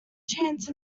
chance